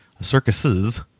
circuses